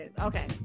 Okay